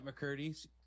mccurdy's